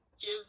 give